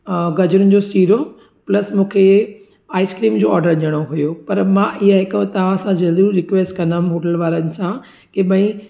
गजरुनि जो सीरो प्लस मूंखे आइसक्रीम जो ऑडर ॾियणो हुओ पर मां इहा हिकु तव्हां सां ज़रूरु रिक्वैस्ट कंदमि होटल वारनि सां की भई